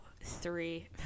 three